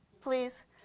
please